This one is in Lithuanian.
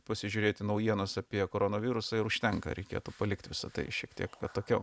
pasižiūrėti naujienas apie koronavirusą ir užtenka reikėtų palikt visą tai šiek tiek atokiau